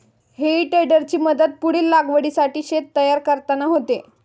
हेई टेडरची मदत पुढील लागवडीसाठी शेत तयार करताना होते